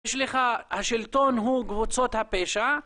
השלטון הוא קבוצות הפשע,